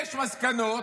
יש מסקנות,